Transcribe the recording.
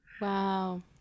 wow